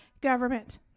government